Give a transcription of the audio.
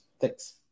Thanks